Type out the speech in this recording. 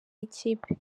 y’ikipe